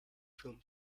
film